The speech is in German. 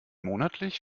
monatlich